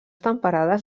temperades